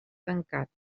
tancat